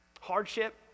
hardship